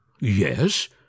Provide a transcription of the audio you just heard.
Yes